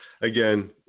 again